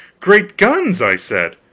great guns, i said,